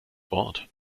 wort